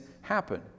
happen